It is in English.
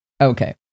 Okay